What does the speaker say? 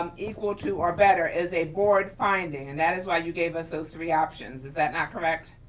um equal to or better is a board finding. and that is why you gave us those three options, is that not correct?